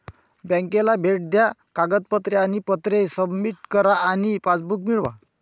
बँकेला भेट द्या कागदपत्रे आणि पत्रे सबमिट करा आणि पासबुक मिळवा